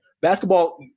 basketball